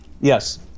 Yes